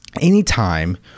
Anytime